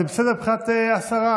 זה בסדר מבחינת השרה?